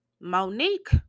Monique